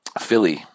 Philly